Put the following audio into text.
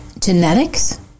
genetics